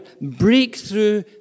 breakthrough